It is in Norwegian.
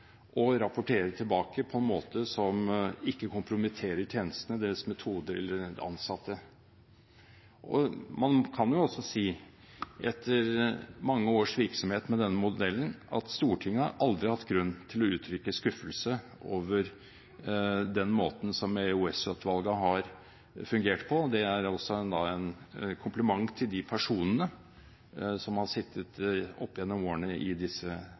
og rapportere tilbake på en måte som ikke kompromitterer tjenestene, deres metoder eller ansatte. Man kan jo også si, etter mange års virksomhet med denne modellen, at Stortinget aldri har hatt grunn til å uttrykke skuffelse over den måten som EOS-utvalget har fungert på. Det er altså da en kompliment til de personene som har sittet opp gjennom årene i disse